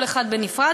כל אחד בנפרד,